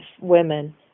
Women